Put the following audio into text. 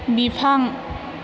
बिफां